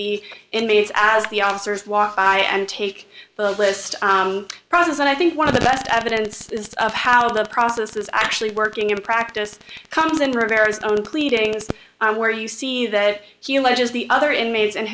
the inmates as the officers walk by and take the list prices and i think one of the best evidence of how the process is actually working in practice comes in rivera's own pleadings where you see that he alleges the other inmates and